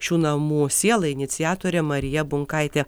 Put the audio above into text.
šių namų siela iniciatorė marija bunkaitė